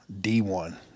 D1